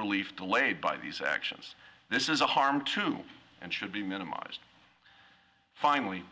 relief delayed by these actions this is a harm to and should be minimized finally